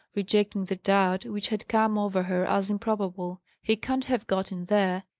rejecting the doubt, which had come over her as improbable, he can't have got in there.